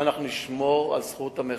אנחנו נשמור על זכות המחאה,